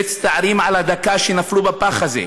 מצטערים על הדקה שנפלו בפח הזה.